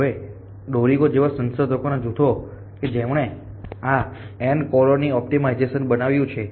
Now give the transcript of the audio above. હવે DORIGO જેવા સંશોધકોના જૂથો કે જેમણે આ એન્ટ કોલોની ઓપ્ટિમાઇઝેશન બનાવ્યું છે